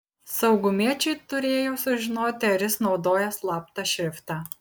saugumiečiai turėjo sužinoti ar jis naudoja slaptą šriftą